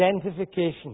identification